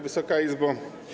Wysoka Izbo!